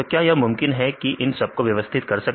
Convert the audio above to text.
तो क्या यह मुमकिन है कि इन सबको व्यवस्थित कर सके